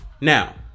Now